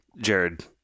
Jared